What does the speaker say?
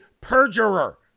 perjurer